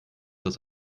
das